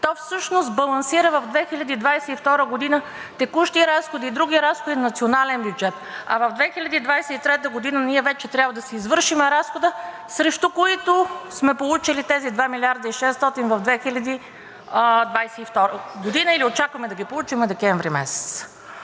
то всъщност балансира в 2022 г. в „Текущи разходи“ и „Други разходи“ на националния бюджет, а в 2023 г. ние вече трябва да си извършим разхода, срещу който сме получили тези 2 милиарда и 600 в 2022 г. или очакваме да ги получим месец декември.